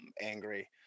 angry